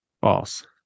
False